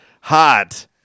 Hot